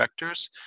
vectors